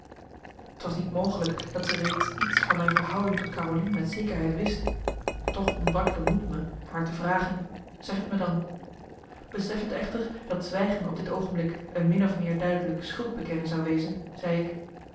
t was niet mogelijk dat ze reeds iest van mijn verhouding tot carolien met zekerheid wist toch ontbrak de moed me haar te vragen zeg t me dan beseffend echter dat zwijgen op dit oogenblik een min of meer duidelijk schuldbekennen zou wezen zei ik